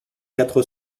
quatre